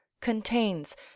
CONTAINS